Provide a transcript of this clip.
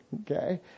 okay